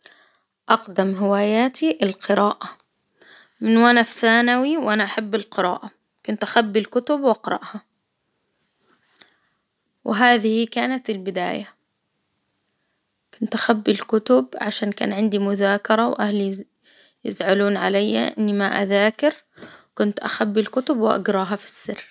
أقدم هواياتي القراءة، من وأنا في ثانوي وأنا أحب القراءة، كنت أخبي الكتب وأقرأها، وهذه كانت البداية، كنت أخبي الكتب عشان كان عندي مذاكرة وأهلي يز-يزعلون علي إني ما أذاكر كنت أخبي الكتب وأجراها في السر.